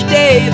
day